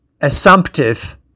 assumptive